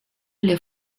les